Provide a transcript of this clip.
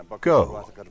go